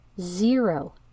zero